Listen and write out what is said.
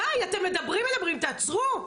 די, אתם מדברים, מדברים, תעצרו.